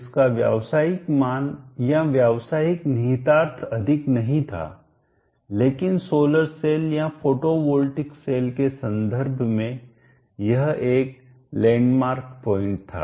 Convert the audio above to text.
इसका व्यावसायिक मान या व्यवसायिक निहितार्थ अधिक नहीं था लेकिन सोलर सेल या फोटोवॉल्टिक सेल के संदर्भ में यह एक लैंड मार्क मील का पत्थर पॉइंट था